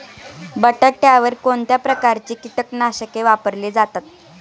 बटाट्यावर कोणत्या प्रकारची कीटकनाशके वापरली जातात?